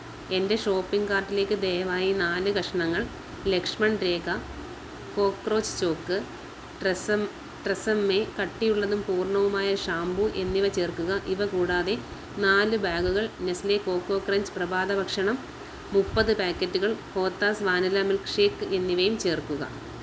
എന്റെ ഷോപ്പിംഗ് കാർട്ടിലേക്ക് ദയവായി നാല് കഷ്ണങ്ങൾ ലക്ഷ്മൺ രേഖ കോക്ക്രോച്ച് ചോക്ക് ട്രെസം ട്രെസമ്മെ കട്ടിയുള്ളതും പൂർണ്ണവുമായ ഷാംപൂ എന്നിവ ചേർക്കുക ഇവ കൂടാതെ നാല് ബാഗുകൾ നെസ്ലേ കോക്കോ ക്രഞ്ച് പ്രഭാത ഭക്ഷണം മുപ്പത് പാക്കറ്റുകൾ കോത്താസ് വാനില മിൽക്ക്ഷേക്ക് എന്നിവയും ചേർക്കുക